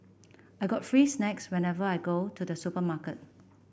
I get free snacks whenever I go to the supermarket